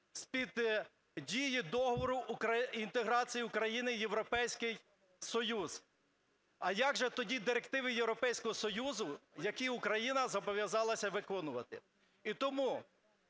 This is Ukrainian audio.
з під дії Договору інтеграції України в Європейський Союз. А як же тоді директиви Європейського Союзу, які Україна зобов'язалася виконувати?